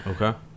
Okay